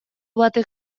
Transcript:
batek